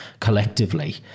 collectively